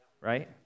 right